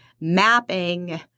mapping